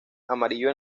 amarillo